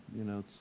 you know, it's